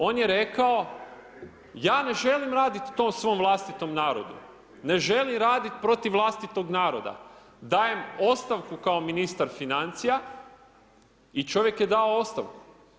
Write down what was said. On je rekao ja ne želim radit to svom vlastitom narodu, ne želim raditi protiv vlastitog naroda, dajem ostavku kao ministar financija, i čovjek je dao ostavku.